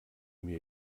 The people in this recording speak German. mir